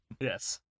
Yes